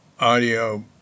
Audio